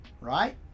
right